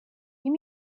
you